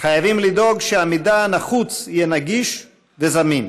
חייבים לדאוג שהמידע הנחוץ יהיה נגיש וזמין